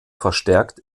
verstärkt